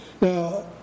Now